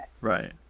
Right